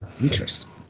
interesting